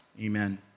Amen